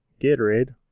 Gatorade